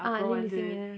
ah lily singh ya